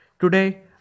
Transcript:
Today